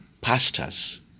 pastors